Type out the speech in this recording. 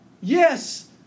Yes